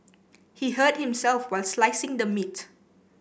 he hurt himself while slicing the meat